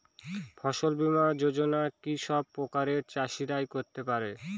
ফসল বীমা যোজনা কি সব প্রকারের চাষীরাই করতে পরে?